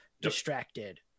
distracted